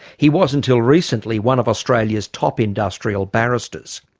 he was until recently one of australia's top industrial barristers.